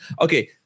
Okay